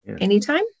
Anytime